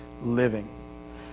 living